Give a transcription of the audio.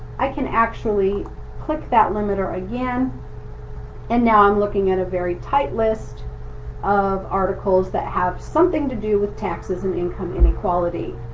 i can actually click that limiter again and now i'm looking at a very tight list of articles that have something to do with taxes and income inequality.